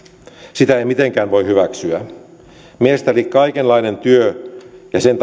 sitä ei mitenkään voi hyväksyä mielestäni kaikenlaisen työn ja sen